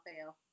fail